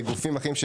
גופים אחרים,